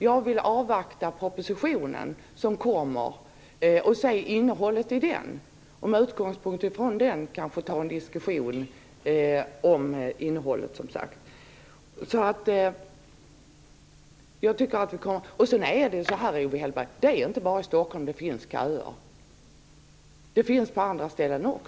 Jag vill avvakta propositionen som kommer och se innehållet i den och med utgångspunkt i den kanske ta en diskussion om detta. Dessutom, Owe Hellberg: Det är inte bara i Stockholm det finns köer. Det finns också på andra ställen.